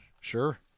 Sure